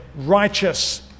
righteous